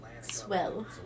Swell